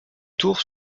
tours